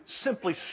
simply